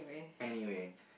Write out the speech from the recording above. anyway